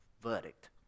verdict